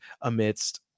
amidst